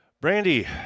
Brandy